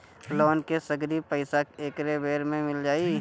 Loan के सगरी पइसा एके बेर में मिल जाई?